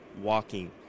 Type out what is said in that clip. walking